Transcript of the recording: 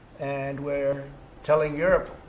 and we're telling europe,